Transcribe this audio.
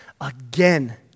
again